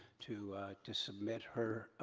to to submit her,